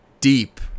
deep